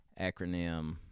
acronym